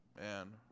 man